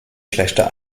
schlechter